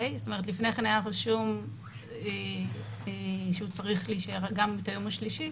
לפני כן היה רשום שהוא צריך להישאר גם את היום השלישי,